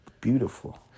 beautiful